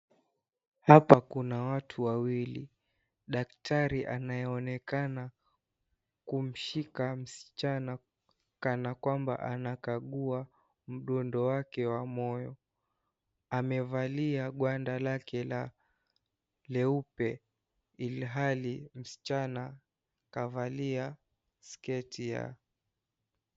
Hapa kuna watu wawili, daktari anayeonekana kumshika msichana kana kwamba anakagua mdundo wake wa moyo, amevalia gwanda lake leupe ilhali msichana kavalia sketi.